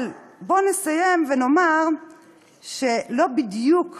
אבל בואו נסיים ונאמר שלא בדיוק